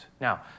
Now